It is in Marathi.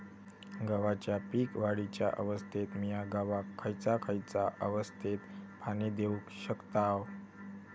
गव्हाच्या पीक वाढीच्या अवस्थेत मिया गव्हाक खैयचा खैयचा अवस्थेत पाणी देउक शकताव?